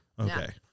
Okay